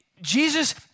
Jesus